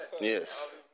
Yes